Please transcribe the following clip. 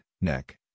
neck